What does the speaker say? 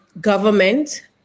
government